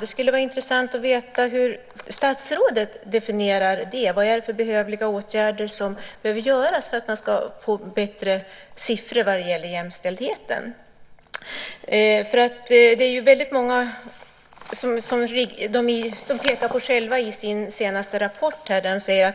Det vore intressant att få veta hur statsrådet definierar detta. Vad är det för behövliga åtgärder som behöver vidtas för att siffrorna när det gäller jämställdheten ska bli bättre? I sin senaste rapport pekar